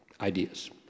ideas